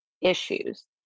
issues